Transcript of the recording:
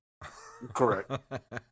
Correct